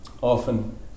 often